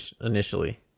initially